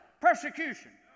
persecution